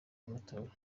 y’amatora